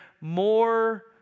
more